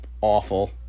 Awful